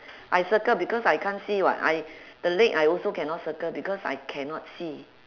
I circle because I can't see [what] I the leg I also cannot circle because I cannot see